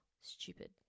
Stupid